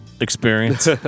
Experience